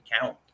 count